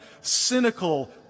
cynical